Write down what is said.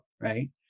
right